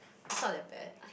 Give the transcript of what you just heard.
it's not that bad